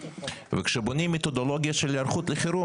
וכשבונים מתודולוגיה של היערכות לחירום